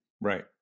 Right